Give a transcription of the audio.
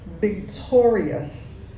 victorious